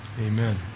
Amen